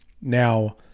Now